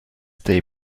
they